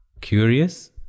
curious